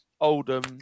Oldham